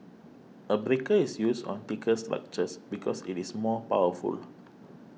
a breaker is used on thicker structures because it is more powerful